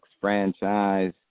franchise